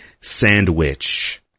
Sandwich